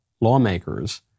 lawmakers